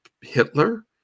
Hitler